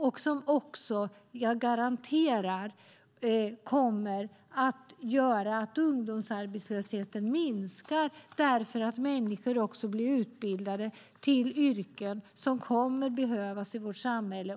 Jag garanterar att detta kommer att göra att ungdomsarbetslösheten minskar när människor blir utbildade till yrken som kommer att behövas i vårt samhälle.